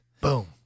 Boom